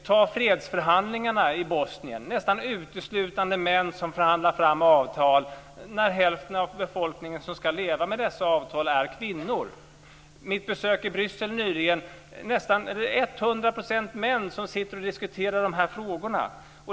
Ta fredsförhandlingarna i Bosnien - det är nästan uteslutande män som förhandlar fram avtal när hälften av den befolkning som ska leva med dessa avtal är kvinnor. Vid mitt besök i Bryssel nyligen såg jag att det till nästan 100 % är män som sitter och diskuterar de här frågorna.